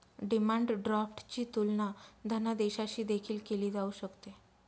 demand ड्राफ्टची तुलना धनादेशाशी देखील केली जाऊ शकते